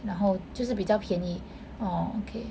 然后就是比较便宜 orh okay